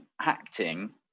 acting